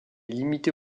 limitée